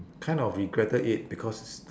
kind of regretted it because